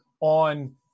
on